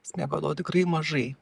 jis miegodavo tikrai mažai